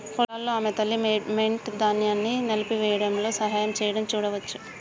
పొలాల్లో ఆమె తల్లి, మెమ్నెట్, ధాన్యాన్ని నలిపివేయడంలో సహాయం చేయడం చూడవచ్చు